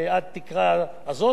אז עשינו מזה.